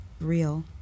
real